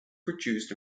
produced